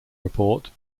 report